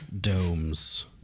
domes